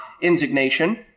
indignation